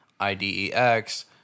IDEX